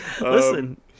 Listen